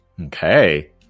Okay